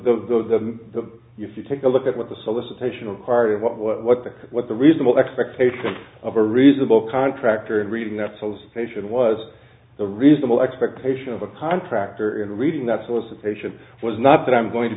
that the if you take a look at what the solicitation of part of what what what the what the reasonable expectation of a reasonable contractor and reading that so station was the reasonable expectation of a contractor in reading that solicitation was not that i'm going to